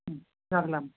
হুম রাখলাম